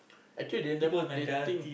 actually they ne~ they think